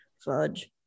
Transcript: fudge